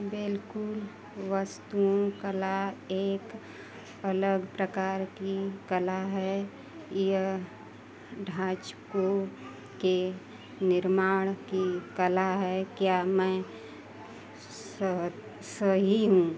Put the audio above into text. बिलकुल वास्तुकला एक अलग प्रकार की कला है यह ढांचको के निर्माण की कला है क्या मैं स सही हूँ